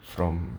from